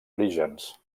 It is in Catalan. orígens